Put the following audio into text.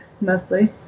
mostly